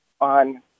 on